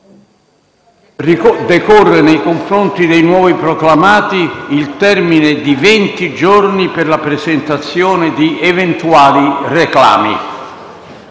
decorre, nei confronti dei nuovi proclamati, il termine di venti giorni per la presentazione di eventuali reclami.